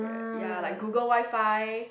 y~ ya like Google WiFi